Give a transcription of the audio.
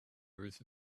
ruth